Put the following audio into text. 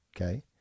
Okay